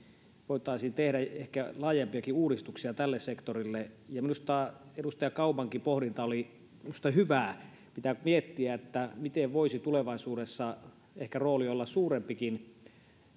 voitaisiin tehdä ehkä laajempiakin uudistuksia tälle sektorille ja minusta edustaja kaumankin pohdinta oli hyvää pitää miettiä miten tulevaisuudessa voisi olla ehkä suurempikin rooli